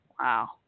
Wow